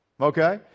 Okay